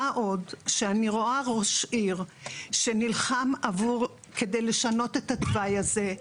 מה עוד שאני רואה ראש עיר שנלחם עבור כדי לשנות את התוואי הזה,